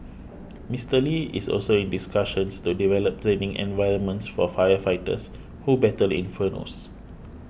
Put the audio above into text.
Mister Lee is also in discussions to develop training environments for firefighters who battle infernos